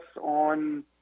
on